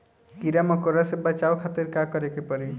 कीड़ा मकोड़ा से बचावे खातिर का करे के पड़ी?